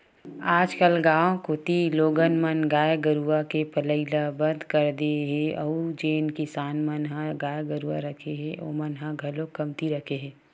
आजकल गाँव कोती लोगन मन गाय गरुवा के पलई ल बंद कर दे हे अउ जेन किसान मन ह गाय गरुवा रखे हे ओमन ह घलोक कमती रखे हे